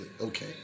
okay